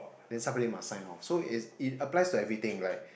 then somebody must sign off so it it applies to everything like